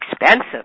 expensive